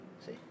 See